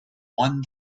one